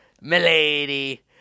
milady